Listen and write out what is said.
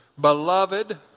Beloved